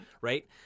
right